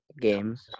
games